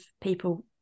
people